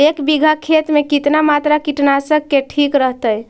एक बीघा खेत में कितना मात्रा कीटनाशक के ठिक रहतय?